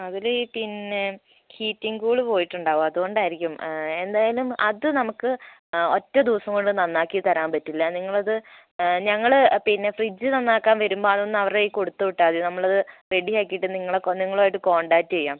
അതിൽ പിന്നെ heating cool പോയിട്ടുണ്ടാവും അതുകൊണ്ടായിരിക്കും എന്തായാലും അത് നമുക്ക് ഒറ്റ ദിവസം കൊണ്ട് നന്നാക്കിത്തരാൻ പറ്റില്ല നിങ്ങളത് ഞങ്ങൾ പിന്നെ ഫ്രിഡ്ജ് നന്നാക്കാൻ വരുമ്പോൾ അതൊന്ന് അവരുടെ കയ്യിൽ കൊടുത്ത് വിട്ടാൽ മതി നമ്മളത് റെഡിയാക്കിയിട്ട് നിങ്ങളുമായിട്ട് കോണ്ടാക്ട് ചെയ്യാം